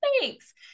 thanks